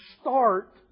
start